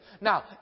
Now